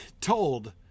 told